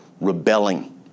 rebelling